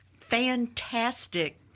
fantastic